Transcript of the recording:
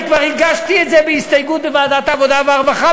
אני כבר הגשתי את זה בהסתייגות בוועדת העבודה והרווחה,